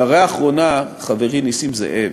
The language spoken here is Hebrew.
הערה אחרונה לחברי נסים זאב.